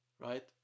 Right